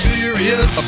Serious